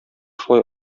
шулай